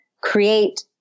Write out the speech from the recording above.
create